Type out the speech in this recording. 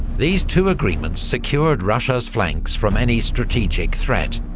these two agreements secured russia's flanks from any strategic threat,